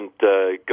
go